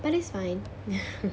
but is fine